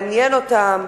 מעניין אותם.